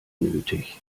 nötig